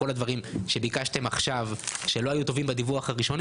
כל הדברים שביקשתם עכשיו שלא היו טובים בדיווח הראשוני